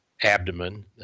abdomen